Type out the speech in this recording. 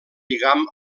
lligam